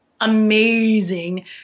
amazing